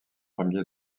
ier